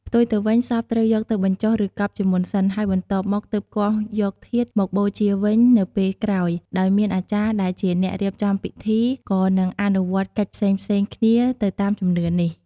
ផ្ទុយទៅវិញ សពត្រូវយកទៅបញ្ចុះ ឬកប់ ជាមុនសិន ហើយបន្ទាប់មកទើបគាស់យកធាតុមកបូជាវិញនៅពេលក្រោយ ដោយមានអាចារ្យដែលជាអ្នករៀបចំពិធី ក៏នឹងអនុវត្តកិច្ចផ្សេងៗគ្នាទៅតាមជំនឿនេះ។